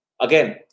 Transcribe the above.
Again